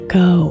go